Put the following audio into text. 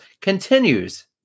continues